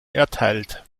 erteilt